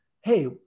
hey